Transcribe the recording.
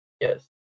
yes